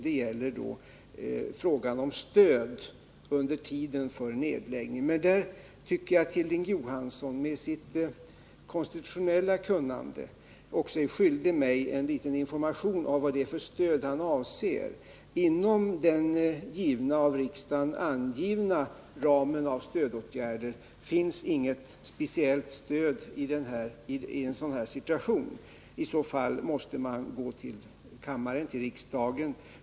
Det gäller frågan om stöd under tiden för nedläggningen. Men där tycker jag att Hilding Johansson med sitt konstitutionella kunnande också är skyldig mig en information om vad det är för stöd han avser. Inom den av riksdagen angivna ramen av stödåtgärder finns inget speciellt stöd i en sådan situation.